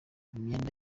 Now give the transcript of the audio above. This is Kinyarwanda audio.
imyenda